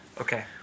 Okay